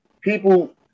people